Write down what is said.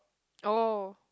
oh